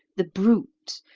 the brute,